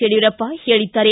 ಯಡಿಯೂರಪ್ಪ ಹೇಳಿದ್ದಾರೆ